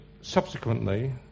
subsequently